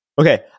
Okay